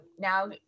now